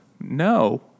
No